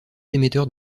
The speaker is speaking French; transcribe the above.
émetteurs